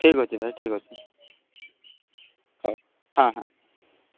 ଠିକ୍ ଅଛି ଭାଇ ଠିକ୍ ଅଛି ହଉ ହଁ ହଁ